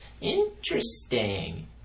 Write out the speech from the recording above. Interesting